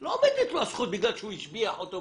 לא בגלל שהוא השביח אותו.